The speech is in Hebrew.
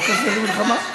והחוק הזה זה מלחמה?